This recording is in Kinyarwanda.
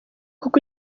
koko